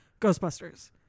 Ghostbusters